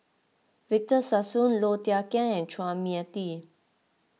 Victor Sassoon Low Thia Khiang and Chua Mia Tee